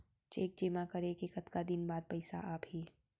Cheque जेमा करे के कतका दिन बाद पइसा आप ही?